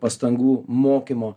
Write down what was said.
pastangų mokymo